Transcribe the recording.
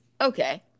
okay